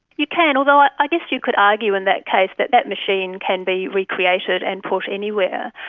you can, although i guess you could argue in that case that that machine can be recreated and put anywhere.